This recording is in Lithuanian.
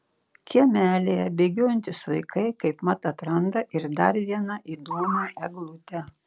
kiemelyje bėgiojantys vaikai kaip mat atranda ir dar vieną įdomią eglutę